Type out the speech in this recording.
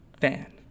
fan